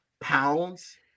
pounds